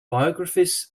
biographies